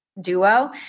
duo